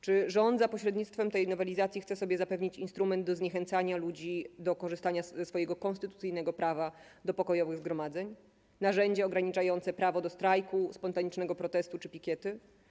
Czy rząd za pośrednictwem tej nowelizacji chce sobie zapewnić instrument do zniechęcania ludzi do korzystania ze swojego konstytucyjnego prawa do pokojowych zgromadzeń, narzędzie ograniczające prawo do strajku, spontanicznego protestu czy pikiety?